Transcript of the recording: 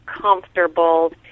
comfortable